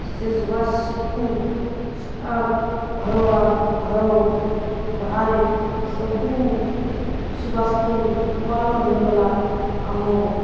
ସେ ସୁବାସକୁ ଘର ବା ଘର ବାହାରେ ସବୁ ସୁବାସକୁ ମୟ ମୟ ହେଇଗଲା ଆମ